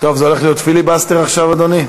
זה הולך להיות פיליבסטר עכשיו, אדוני?